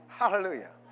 Hallelujah